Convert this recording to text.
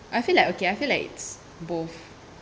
I feel like okay I feel like it's both